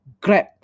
grab